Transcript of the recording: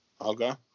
Okay